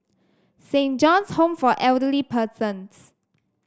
Saint John's Home for Elderly Persons